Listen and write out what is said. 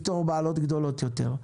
לפתור בעיות גדולות יותר,